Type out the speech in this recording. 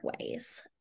ways